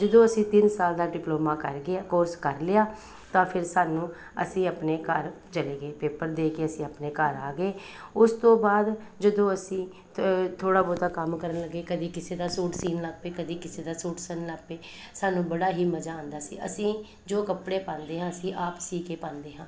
ਜਦੋਂ ਅਸੀਂ ਤਿੰਨ ਸਾਲ ਦਾ ਡਿਪਲੋਮਾ ਕਰ ਗਿਆ ਕੋਰਸ ਕਰ ਲਿਆ ਤਾਂ ਫਿਰ ਸਾਨੂੰ ਅਸੀਂ ਆਪਣੇ ਘਰ ਚਲੇ ਗਏ ਪੇਪਰ ਦੇ ਕੇ ਅਸੀਂ ਆਪਣੇ ਘਰ ਆ ਗਏ ਉਸ ਤੋਂ ਬਾਅਦ ਜਦੋਂ ਅਸੀਂ ਥ ਥੋੜ੍ਹਾ ਬਹੁਤਾ ਕੰਮ ਕਰਨ ਲੱਗੇ ਕਦੀ ਕਿਸੇ ਦਾ ਸੂਟ ਸਿਓਣ ਲੱਗ ਪਏ ਕਦੀ ਕਿਸੇ ਦਾ ਸੂਟ ਸਿਓਣ ਲੱਗ ਪਏ ਸਾਨੂੰ ਬੜਾ ਹੀ ਮਜਾ ਆਉਂਦਾ ਸੀ ਅਸੀਂ ਜੋ ਕੱਪੜੇ ਪਾਉਂਦੇ ਹਾਂ ਅਸੀਂ ਆਪ ਸੀ ਕੇ ਪਾਉਂਦੇ ਹਾਂ